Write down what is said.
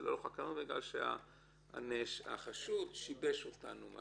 אלא לא חקרנו בגלל שהחשוד שיבש את זה או